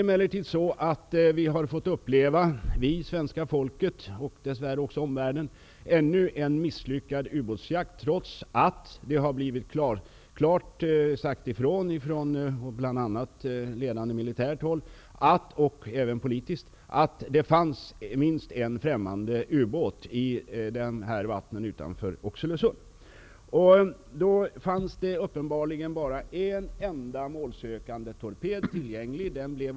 Svenska folket och dess värre också omvärlden har emellertid fått uppleva ännu en misslyckad ubåtsjakt, trots att det klart ifrån bl.a. ledande militärt och politiskt håll har sagts att det fanns minst en främmande ubåt i vattnen utanför Oxelösund. Uppenbarligen fanns då bara en enda målsökande torped tillgänglig.